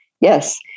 Yes